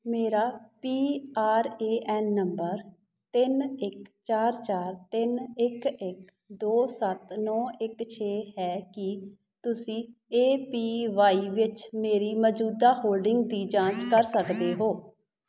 ਮੇਰਾ P R A N number ਤਿੰਨ ਇੱਕ ਚਾਰ ਚਾਰ ਤਿੰਨ ਇੱਕ ਇੱਕ ਦੋ ਸੱਤ ਨੌਂ ਇੱਕ ਛੇ ਹੈ ਕੀ ਤੁਸੀਂ ਏ ਪੀ ਵਾਈ ਵਿੱਚ ਮੇਰੀ ਮੌਜੂਦਾ ਹੋਲਡਿੰਗ ਦੀ ਜਾਂਚ ਕਰ ਸਕਦੇ ਹੋ